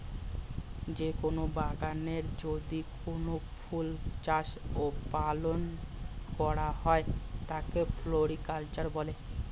যে কোন বাগানে যদি কোনো ফুল চাষ ও পালন করা হয় তাকে ফ্লোরিকালচার বলে